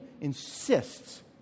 insists